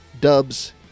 dubs